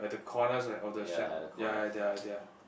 like the corners right of the shack ya they are they are